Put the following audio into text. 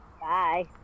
Bye